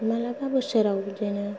मालाबा बोसोराव बिदिनो